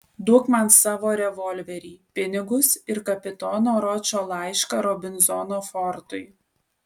duok man savo revolverį pinigus ir kapitono ročo laišką robinzono fortui